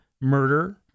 murder